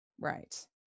Right